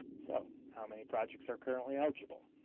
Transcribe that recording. so how many projects are currently eligible?